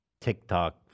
TikTok